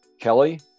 Kelly